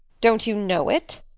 don't you know it?